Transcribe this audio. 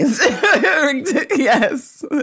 yes